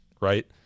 right